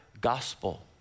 gospel